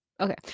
okay